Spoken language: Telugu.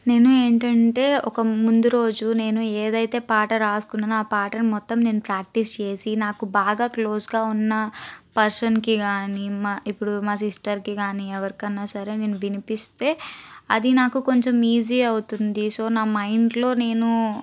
నేను ఏంటంటే ఒక ముందు రోజు నేను ఏదైతే పాట రాసుకున్నానో ఆ పాటను మొత్తం నేను ప్రాక్టీస్ చేసి నాకు బాగా క్లోస్గా ఉన్న పర్సన్కి కాని మా ఇప్పుడు మా సిస్టర్కి కాని నేను ఎవరికన్నా సరే నేను వినిపిస్తే అది నాకు కొంచెం ఈజీ అవుతుంది సో నా మైండ్లో నేను